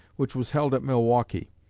which was held at milwaukee.